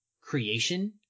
creation